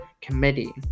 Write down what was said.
Committee